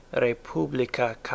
republica